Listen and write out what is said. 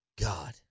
God